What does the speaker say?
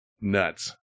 nuts